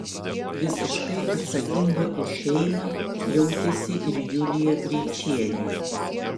visiškai atsakinga už šeimą jautėsi ir julija greičienė